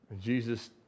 Jesus